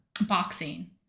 boxing